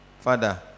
father